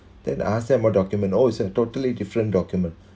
then I ask them what document oh it's a totally different document